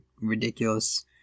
ridiculous